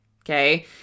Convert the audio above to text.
okay